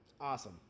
Awesome